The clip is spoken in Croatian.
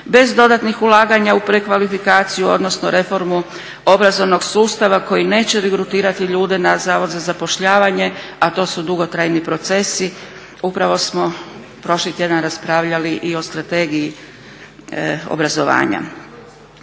bez dodatnih ulaganja u prekvalifikaciju odnosno reformu obrazovnog sustava koji neće regrutirati ljude na Zavod za zapošljavanje, a to su dugotrajni procesi. Upravo smo prošli tjedan raspravljali i o Strategiji obrazovanja.